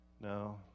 No